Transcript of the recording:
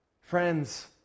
Friends